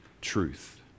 truth